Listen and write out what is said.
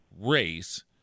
race